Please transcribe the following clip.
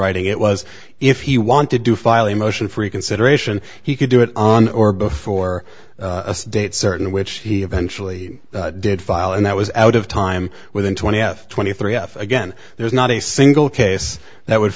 writing it was if he wanted to file a motion for reconsideration he could do it on or before a date certain which he eventually did file and that was out of time within twenty twenty three if again there's not a single case that would